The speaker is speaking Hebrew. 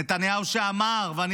נתניהו שאמר, ואני